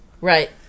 right